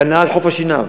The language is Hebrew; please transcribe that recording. כנ"ל חוף-השנהב.